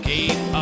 Gate